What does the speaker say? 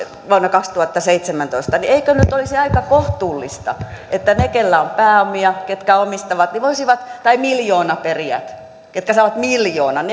vuonna kaksituhattaseitsemäntoista eikö nyt olisi aika kohtuullista että ne keillä on pääomia ketkä omistavat tai miljoonaperijät ketkä saavat miljoonan